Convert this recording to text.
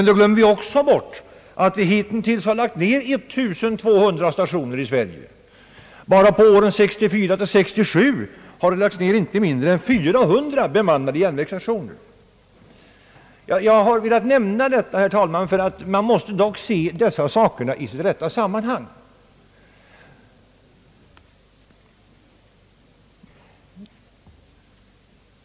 Då glöm mer man bort att vi hittills har lagt ned 1200 stationer i Sverige. Bara under åren 1964—1967 har 400 bemannade järnvägsstationer lagts ned. Jag har velat nämna detta, herr talman, därför att vi måste se saken i sitt rätta sammanhang.